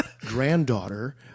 granddaughter